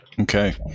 Okay